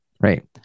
Right